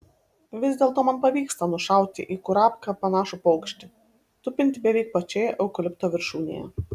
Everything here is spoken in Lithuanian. vis dėlto man pavyksta nušauti į kurapką panašų paukštį tupintį beveik pačioje eukalipto viršūnėje